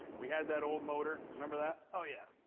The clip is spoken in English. we had that old motor. remember that? oh, yeah.